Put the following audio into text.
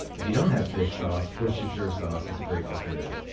if you don't have fish sauce, worcestershire sauce is a great alternative.